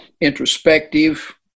introspective